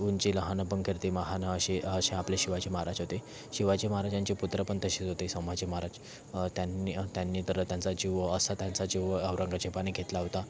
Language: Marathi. उंची लहान पण कीर्ती महान असे असे आपले शिवाजी महाराज होते शिवाजी महाराजांचे पुत्र पण तसेच होते संभाजी महाराज त्यांन त्यांनी तर त्यांचा जीव असा त्यांचा जीव औरंगजेबाने घेतला होता